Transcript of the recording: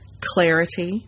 clarity